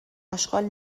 آشغال